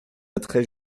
très